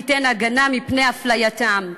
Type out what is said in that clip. ייתן הגנה מפני הפלייתם,